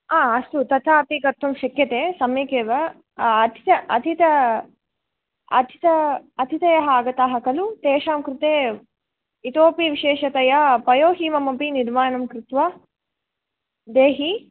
हा अस्तु तथापि कर्तुं शक्यते सम्यकेव अतिथयः आगताः खलु तेषां कृते इतोऽपि विशेषतया पयोहिममपि निर्माणं कृत्वा देहि